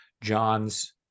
john's